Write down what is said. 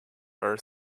are